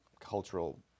cultural